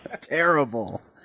Terrible